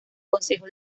consejo